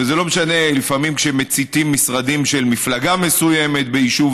וזה לא משנה שלפעמים מציתים משרדים של מפלגה מסוימת ביישוב